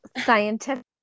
scientific